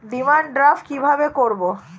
Demand draft কীভাবে করব?